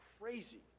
crazy